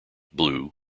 blue